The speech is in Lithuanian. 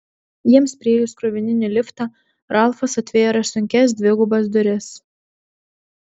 jiems priėjus krovininį liftą ralfas atvėrė sunkias dvigubas duris